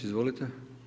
Izvolite.